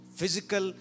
physical